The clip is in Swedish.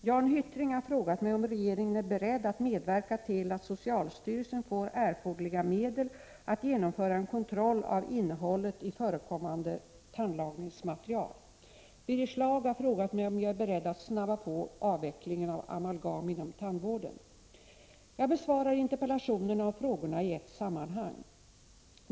Jan Hyttring har frågat mig om regeringen är beredd att medverka till att socialstyrelsen får erforderliga medel att genomföra en kontroll av innehållet i förekommande tandlagningsmaterial. Birger Schlaug har frågat mig om jag är beredd att snabba på avvecklingen av amalgam inom tandvården. Jag besvarar interpellationerna och frågorna i ett sammanhang.